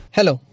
Hello